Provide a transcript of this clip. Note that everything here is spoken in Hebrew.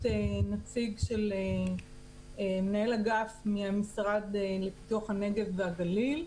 נציג של מנהל אגף מהמשרד לפיתוח הנגב והגליל.